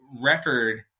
record